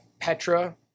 Petra